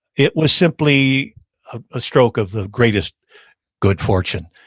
it was simply a ah stroke of the greatest good fortune.